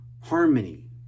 harmony